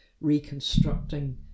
reconstructing